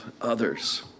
others